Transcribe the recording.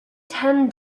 ten